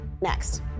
Next